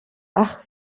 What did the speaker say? ach